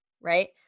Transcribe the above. Right